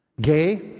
Gay